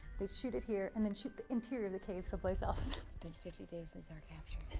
they'd shoot it here and then shoot the interior of the cave someplace else. it's been fifty days since our capture.